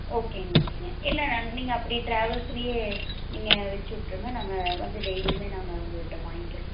ஓகேங்க ஓகேங்க இல்லை நாங்கள் நீங்கள் அப்படி ட்ராவல்ஸ்லயே நீங்கள் வெச்சு விட்ருங்க நாங்கள் வந்து டெய்லியுமே நாங்கள் உங்கள்கிட்ட வாங்கிக்குறோம்